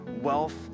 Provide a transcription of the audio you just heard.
wealth